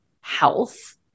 health